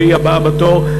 שהיא הבאה בתור,